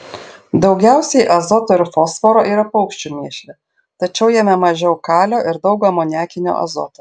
daugiausiai azoto ir fosforo yra paukščių mėšle tačiau jame mažiau kalio ir daug amoniakinio azoto